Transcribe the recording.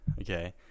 Okay